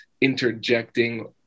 interjecting